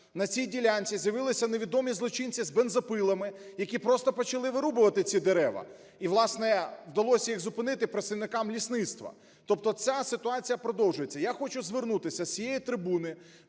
на цій ділянці з'явилися невідомі злочинці з бензопилами, які просто почали вирубувати ці дерева. І власне, вдалося їх зупинити представникам лісництва. Тобто ця ситуація продовжується. Я хочу звернутися з цієї трибуни